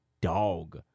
dog